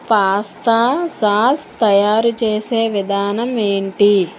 pasta sauce తయారు చేసే విధానం ఏంటి